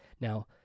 now